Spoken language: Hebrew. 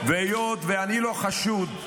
והיות שאני לא חשוד,